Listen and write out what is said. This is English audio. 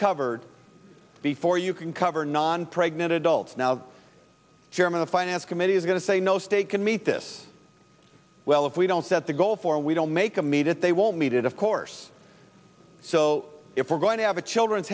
covered before you can cover non pregnant adults now chairman the finance committee is going to say no state can meet this well if we don't set the goal for we don't make them eat it they won't meet it of course so if we're going to have a children's